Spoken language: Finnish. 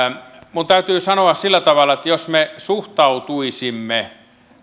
minun täytyy sanoa sillä tavalla että jos me suhtautuisimme